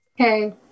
Okay